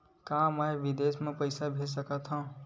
का मैं विदेश म पईसा भेज सकत हव?